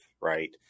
right